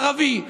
ערבי,